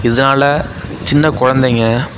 இதனால சின்ன குழந்தைங்க